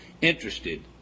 interested